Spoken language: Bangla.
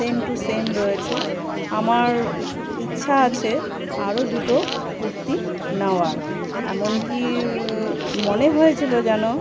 সেম টু সেম রয়েছে আমার ইচ্ছা আছে আরও দুটো কুর্তি নেওয়ার এমন কি মনে হয়েছিলো যেন